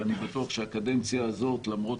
אני בטוח שהקדנציה הזאת, למרות